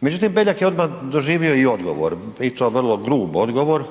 Međutim Beljak je odmah doživio i odgovor i to vrlo grub odgovor